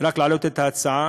רק להעלות את ההצעה,